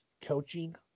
coaching